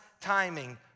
timing